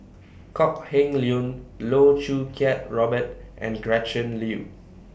Kok Heng Leun Loh Choo Kiat Robert and Gretchen Liu